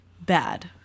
bad